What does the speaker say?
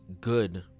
good